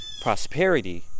prosperity